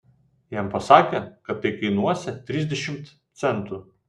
jam pasakė kad tai kainuosią trisdešimt centų